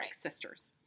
Sisters